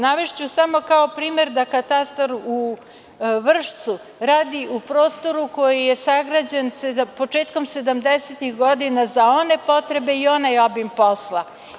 Navešću samo kao primer da katastar u Vršcu radi u prostoru koji je sagrađen početkom 70-tih godina za one potrebe i onaj obim posla.